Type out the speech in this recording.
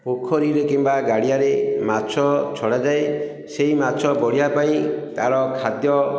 ପୋଖରୀରେ କିମ୍ବା ଗାଡ଼ିଆରେ ମାଛ ଛଡ଼ାଯାଏ ସେଇ ମାଛ ବଢ଼ିବା ପାଇଁ ତା'ର ଖାଦ୍ୟ